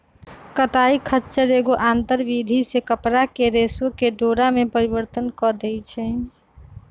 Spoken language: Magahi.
कताई खच्चर एगो आंतर विधि से कपरा के रेशा के डोरा में परिवर्तन कऽ देइ छइ